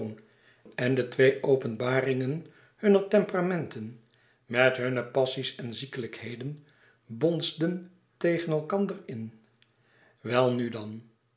en de twee openbaringen hunner temperamenten met hunne passies en ziekelijkheden bonsden tegen elkander in wel nu dan